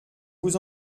vous